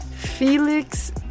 felix